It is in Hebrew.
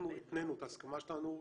התנינו את ההסכמה שלנו,